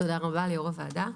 תודה רבה ליושב-ראש הוועדה.